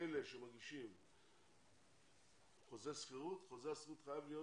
שאלה שמגישים חוזה שכירות חוזה השכירות חייב להיות